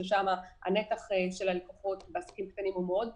ששם הנתח של הלקוחות בעסקים הקטנים הוא מאוד גדול,